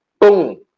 Boom